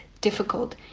difficult